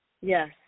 yes